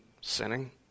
sinning